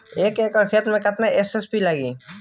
एक एकड़ खेत मे कितना एस.एस.पी लागिल?